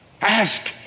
Ask